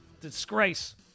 Disgrace